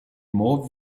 more